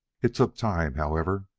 it took time, however.